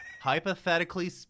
Hypothetically